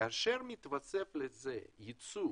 כאשר מתווסף לזה ייצוא